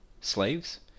slaves